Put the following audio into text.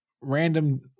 random